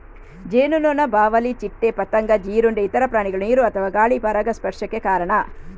ಜೇನುನೊಣ, ಬಾವಲಿ, ಚಿಟ್ಟೆ, ಪತಂಗ, ಜೀರುಂಡೆ, ಇತರ ಪ್ರಾಣಿಗಳು ನೀರು ಅಥವಾ ಗಾಳಿ ಪರಾಗಸ್ಪರ್ಶಕ್ಕೆ ಕಾರಣ